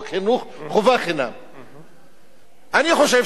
אני חושב